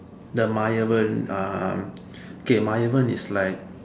the Mayavan ah okay Mayavan is like